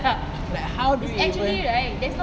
like how did you even